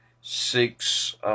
six